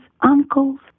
uncles